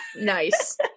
nice